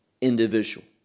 individual